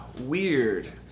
weird